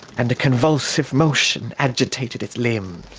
and a convulsive motion agitated its limbs.